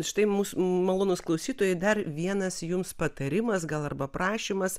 štai mūsų malonūs klausytojai dar vienas jums patarimas gal arba prašymas